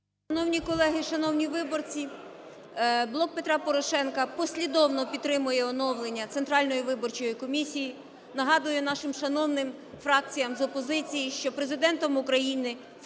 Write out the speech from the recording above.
Шановні колеги, шановні виборці, "Блок Петра Порошенка" послідовно підтримує оновлення Центральної виборчої комісії. Нагадую нашим шановним фракціям з опозиції, що Президентом України в